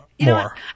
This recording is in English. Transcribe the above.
more